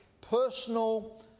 personal